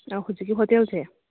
ꯑꯥ ꯍꯧꯖꯤꯛꯀꯤ ꯍꯣꯇꯦꯜꯁꯦ